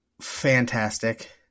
fantastic